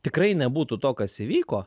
tikrai nebūtų to kas įvyko